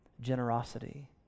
generosity